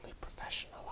professional